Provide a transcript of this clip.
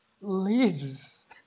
lives